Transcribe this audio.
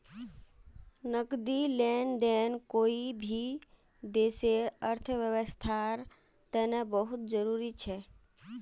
नकदी लेन देन कोई भी देशर अर्थव्यवस्थार तने बहुत जरूरी छ